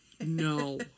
No